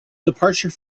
departure